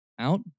Out